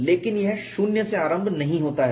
लेकिन यह 0 से आरंभ नहीं होता है